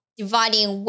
dividing